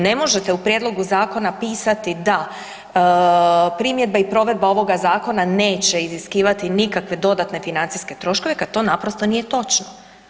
Ne možete u prijedlogu zakona pisati da primjedbe i provedba ovoga zakona neće iziskivati nikakve dodatne financijske troškove kad to naprosto nije točno.